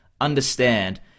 understand